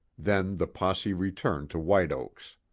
then the posse returned to white oaks.